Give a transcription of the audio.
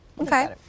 Okay